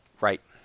right